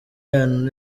lion